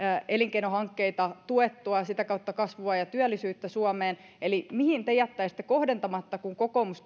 elinkeinohankkeita tuettua ja sitä kautta kasvua ja työllisyyttä suomeen eli mihin te jättäisitte kohdentamatta kun kokoomus